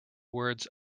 words